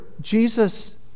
Jesus